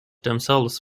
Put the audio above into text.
themselves